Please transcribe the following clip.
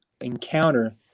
encounter